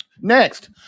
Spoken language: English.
Next